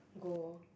go